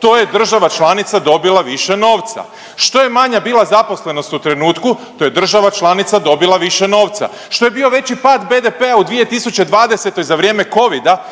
to je država članica dobila više novca. Što je manja bila zaposlenost u trenutku to je država članica dobila više novca. Što je bio veći pad BDP-a u 2020. za vrijeme Covida